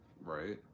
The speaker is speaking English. Right